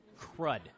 Crud